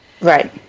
right